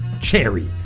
Cherry